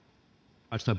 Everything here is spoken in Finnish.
arvoisa